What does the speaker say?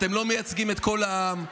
אתם לא מייצגים את כל העם,